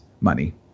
money